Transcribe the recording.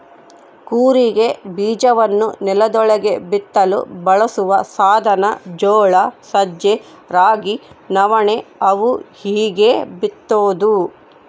ಕೂರಿಗೆ ಬೀಜವನ್ನು ನೆಲದೊಳಗೆ ಬಿತ್ತಲು ಬಳಸುವ ಸಾಧನ ಜೋಳ ಸಜ್ಜೆ ರಾಗಿ ನವಣೆ ಅವು ಹೀಗೇ ಬಿತ್ತೋದು